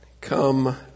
come